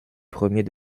premier